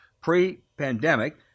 pre-pandemic